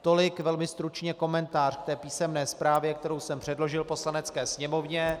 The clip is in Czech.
Tolik velmi stručně komentář k té písemné zprávě, kterou jsem předložil Poslanecké sněmovně.